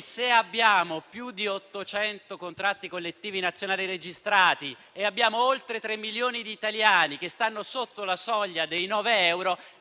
se abbiamo più di 800 contratti collettivi nazionali registrati e oltre 3 milioni di italiani che stanno sotto la soglia dei 9 euro,